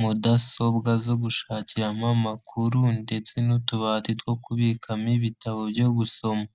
mudasobwa zo gushakiramo amakuru ndetse n'utubati two kubikamo ibitabo byo gusoma.